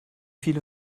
viele